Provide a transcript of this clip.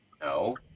No